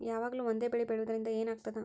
ಯಾವಾಗ್ಲೂ ಒಂದೇ ಬೆಳಿ ಬೆಳೆಯುವುದರಿಂದ ಏನ್ ಆಗ್ತದ?